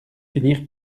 finir